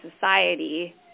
society